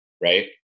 right